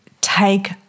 take